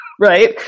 right